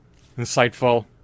insightful